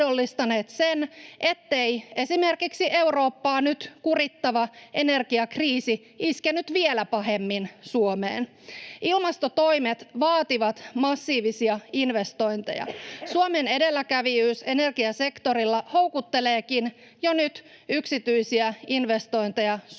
ettei esimerkiksi Eurooppaa nyt kurittava energiakriisi iskenyt vielä pahemmin Suomeen. Ilmastotoimet vaativat massiivisia investointeja. Suomen edelläkävijyys energiasektorilla houkutteleekin jo nyt yksityisiä investointeja Suomeen.